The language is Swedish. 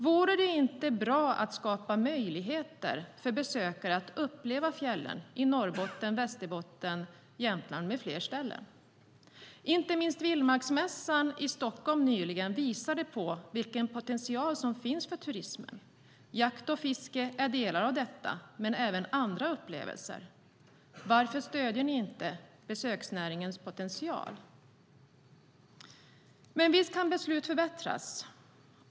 Vore det inte bra att skapa möjligheter för besökare att uppleva fjällen i Norrbotten, Västerbotten, Jämtland med flera ställen? Inte minst Vildmarksmässan i Stockholm nyligen visade på vilken potential som finns för turismen. Jakt och fiske är delar av detta och även andra upplevelser. Varför stöder ni inte besöksnäringens potential? Visst kan beslut förbättras.